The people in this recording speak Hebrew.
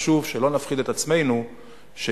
שחשוב שלא נפחיד את עצמנו שהנה,